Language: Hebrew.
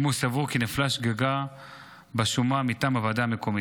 אם הוא סבור כי נפלה שגגה בשומה מטעם הוועדה המקומית.